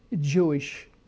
Jewish